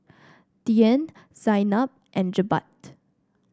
Dian Zaynab and Jebat